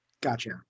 Gotcha